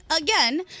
again